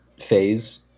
phase